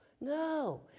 no